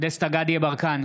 דסטה גדי יברקן,